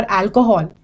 alcohol